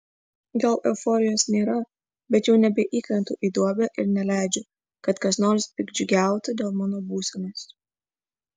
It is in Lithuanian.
gal euforijos nėra bet jau nebeįkrentu į duobę ir neleidžiu kad kas nors piktdžiugiautų dėl mano būsenos